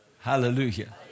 Hallelujah